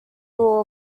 rule